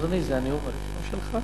אדוני, זה הנאום הראשון שלך?